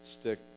stick